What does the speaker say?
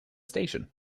station